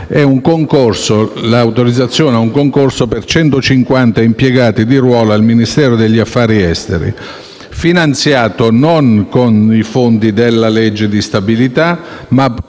l'autorizzazione a un concorso per 150 impiegati di ruolo al Ministero degli affari esteri, finanziato non con i fondi del disegno di legge di